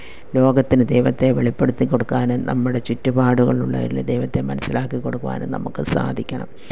ലോകത്തിന് ദൈവത്തെ വെളിപ്പെടുത്തി കൊടുക്കാനും നമ്മുടെ ചുറ്റുപാടുകളിൽ ഉള്ളവരിൽ ദൈവത്തെ മനസ്സിലാക്കി കൊടുക്കുവാനും നമുക്ക് സാധിക്കണം